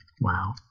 Wow